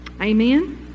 Amen